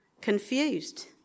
confused